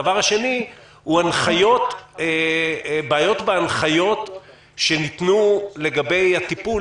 הדבר השני הוא בעיות בהנחיות שניתנו לגבי הטיפול,